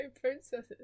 princesses